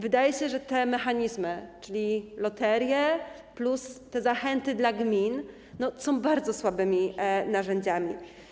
Wydaje się, że te mechanizmy, czyli loteria plus te zachęty dla gmin, są bardzo słabymi narzędziami.